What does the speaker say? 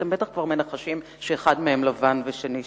אתם בטח כבר מנחשים שאחד מהם לבן והשני שחור.